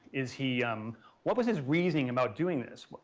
is he what was his reasoning about doing this?